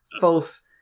False